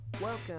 Welcome